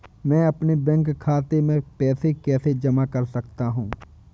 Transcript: मैं अपने बैंक खाते में पैसे कैसे जमा कर सकता हूँ?